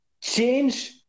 Change